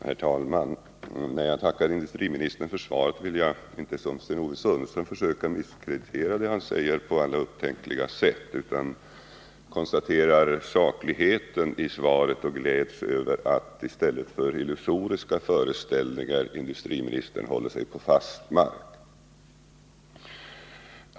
Herr talman! När jag tackar industriministern för svaret vill jag inte som Sten-Ove Sundström gör försöka misskreditera det han säger på alla upptänkliga sätt, utan jag konstaterar sakligheten i svaret och gläds över att industriministern i stället för att hänge sig åt illusoriska föreställningar håller sig på fast mark.